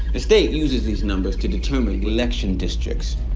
the state uses these numbers to determine election districts.